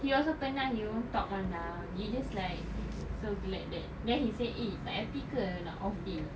he also penat he won't talk [one] ah we just like so glad that then he said eh tak happy ke nak off day